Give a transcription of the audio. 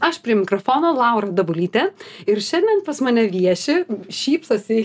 aš prie mikrofono laura dabulytė ir šiandien pas mane vieši šypsosi